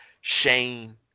Shane